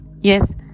Yes